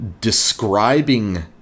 describing